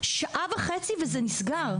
שעה וחצי וזה נסגר.